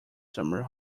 summer